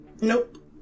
Nope